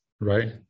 right